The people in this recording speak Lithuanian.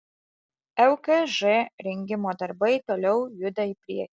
lkž rengimo darbai toliau juda į priekį